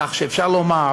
כך שאפשר לומר